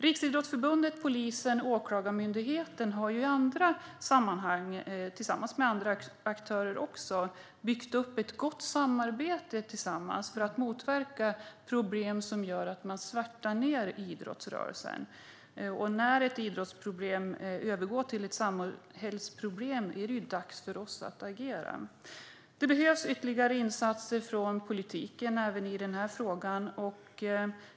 Riksidrottsförbundet, polisen och Åklagarmyndigheten har tillsammans med andra aktörer i andra sammanhang byggt upp ett gott samarbete för att motverka problem som gör att idrottsrörelsen svärtas ned. När ett idrottsproblem övergår till ett samhällsproblem är det dags för oss att agera. Ytterligare insatser från politiken behövs även i den här frågan.